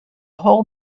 whole